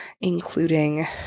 including